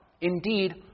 Indeed